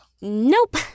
nope